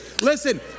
Listen